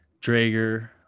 Drager